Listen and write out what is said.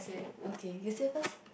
okay you say first